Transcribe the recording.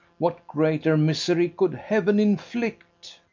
what greater misery could heaven inflict?